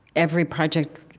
every project,